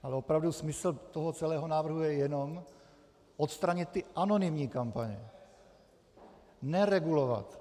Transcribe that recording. Ale opravdu smysl toho celého návrhu je jenom odstranit ty anonymní kampaně, ne regulovat.